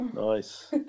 nice